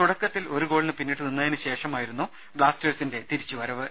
തുടക്കത്തിൽ ഒരു ഗോളിന് പിന്നിട്ട് നിന്നതിന് ശേഷമായിരുന്നു ബ്ലാസ്റ്റേ ഴ്സിന്റെ തിരിച്ചുവരവ്